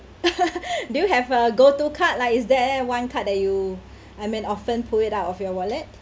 do you have a go to card like is there one card that you I mean often pull it out of your wallet